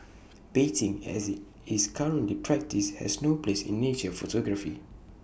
baiting as IT is currently practised has no place in nature photography